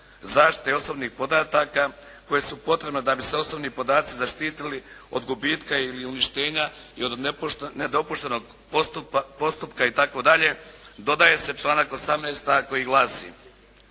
zaštite osobnih podataka, koje su potrebne da bi se osobni podaci zaštitili od gubitka ili uništenja i od nedopuštenog postupka itd. dodaje se članak 18a. koji glasi: